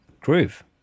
groove